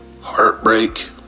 heartbreak